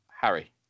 Harry